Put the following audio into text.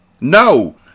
No